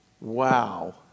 Wow